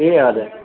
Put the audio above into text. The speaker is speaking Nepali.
ए हजुर